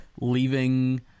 leaving